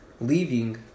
leaving